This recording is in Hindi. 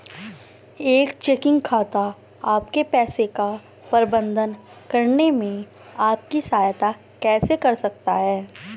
एक चेकिंग खाता आपके पैसे का प्रबंधन करने में आपकी सहायता कैसे कर सकता है?